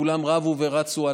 שכולם רבו ורצו,